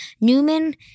Newman